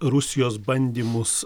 rusijos bandymus